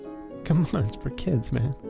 come on, it's for kids, man